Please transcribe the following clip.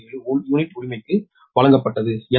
4017 unit உரிமைக்கு வழங்கப்பட்டது